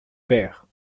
père